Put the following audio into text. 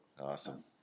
Awesome